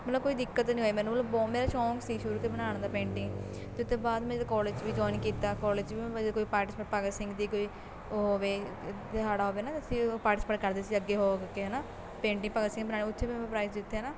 ਮਤਲਬ ਕੋਈ ਦਿੱਕਤ ਨਹੀਂ ਹੋਈ ਮੈਨੂੰ ਮਤਲਬ ਬਹੁਤ ਮੇਰਾ ਸ਼ੌਕ ਸੀ ਸ਼ੁਰੂ ਤੋਂ ਬਣਾਉਣ ਦਾ ਪੇਂਟਿੰਗ ਅਤੇ ਉਹ ਤੋਂ ਬਾਅਦ ਮੈਂ ਜਦੋਂ ਕੋਲੇਜ 'ਚ ਵੀ ਜੋਇਨ ਕੀਤਾ ਕੋਲੇਜ 'ਚ ਵੀ ਮੈਂ ਜਦੋਂ ਕੋਈ ਪਾਰਟੀਸਪੇਟ ਭਗਤ ਸਿੰਘ ਦੀ ਕੋਈ ਉਹ ਹੋਵੇ ਦਿਹਾੜਾ ਹੋਵੇ ਨਾ ਅਸੀਂ ਉਹ ਪਾਰਟੀਸਪੇਟ ਕਰਦੇ ਸੀ ਅੱਗੇ ਹੋ ਹੋ ਕੇ ਹੈ ਨਾ ਪੇਂਟਿੰਗ ਭਗਤ ਸਿੰਘ ਬਣਾਉਣੀ ਉੱਥੇ ਵੀ ਮੈਂ ਪ੍ਰਾਈਜ਼ ਜਿੱਤੇ ਹੈ ਨਾ